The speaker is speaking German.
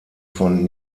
von